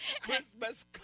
Christmas